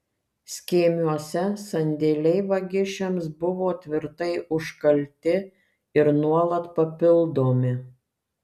skėmiuose sandėliai vagišiams buvo tvirtai užkalti ir nuolat papildomi